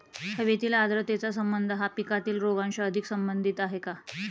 हवेतील आर्द्रतेचा संबंध हा पिकातील रोगांशी अधिक संबंधित आहे का?